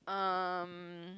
um